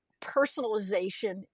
personalization